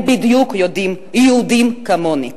הם בדיוק יהודים כמוני.